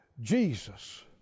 Jesus